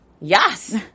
Yes